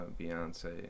Beyonce